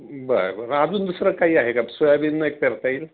बरं बरं अजून दुसरं काही आहे का सोयाबीन एक पेरता येईल